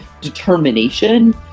determination